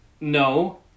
No